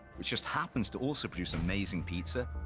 which just happens to also produce amazing pizza,